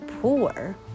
poor